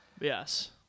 Yes